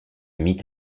mit